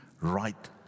right